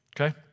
okay